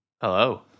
Hello